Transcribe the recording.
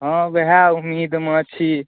हँ ओएह ऊम्मीदमे छी